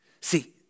See